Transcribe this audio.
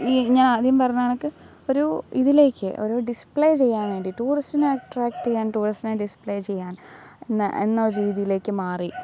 ഈ ഞാൻ ആദ്യം പറഞ്ഞ കണക്ക് ഒരു ഇതിലേക്ക് ഒരു ഡിസ്പ്ലേ ചെയ്യാൻ വേണ്ടി ടൂറിസ്റ്റിനെ അട്രാക്ററ് ചെയ്യാൻ ടൂറിസ്റ്റിനെ ഡിസ്പ്ലേ ചെയ്യാൻ എന്ന എന്ന ഒരു രീതീലേക്ക് മാറി